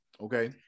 Okay